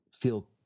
feel